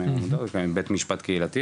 ובית משפט קהילתי,